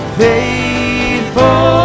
faithful